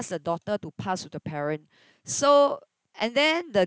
ask the daughter to pass to the parent so and then the